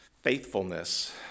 faithfulness